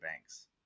banks